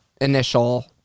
initial